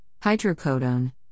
hydrocodone